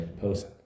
post